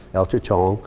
el chichon,